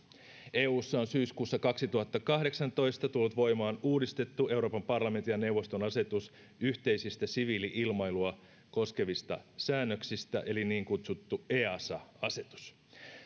eussa on syyskuussa kaksituhattakahdeksantoista tullut voimaan uudistettu euroopan parlamentin ja neuvoston asetus yhteisistä siviili ilmailua koskevista säännöksistä eli niin kutsuttu easa asetus